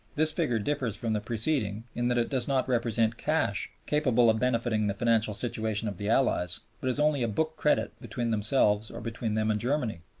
this figure differs from the preceding in that it does not represent cash capable of benefiting the financial situation of the allies, but is only a book credit between themselves or between them and germany.